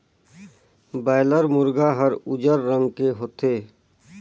boiler मुरगा हर उजर रंग के होथे